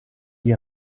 gli